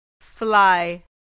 fly